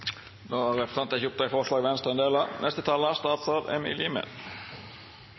Då har representanten Marian Hussein teke opp dei forslaga SV er ein del av.